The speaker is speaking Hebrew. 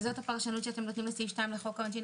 וזאת הפרשנות שאתם נותנים לסעיף 2 לחוק העונשין,